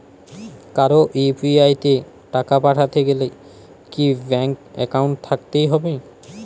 কারো ইউ.পি.আই তে টাকা পাঠাতে গেলে কি ব্যাংক একাউন্ট থাকতেই হবে?